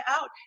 out